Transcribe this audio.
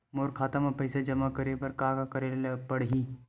मोर खाता म पईसा जमा करे बर का का करे ल पड़हि?